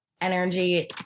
energy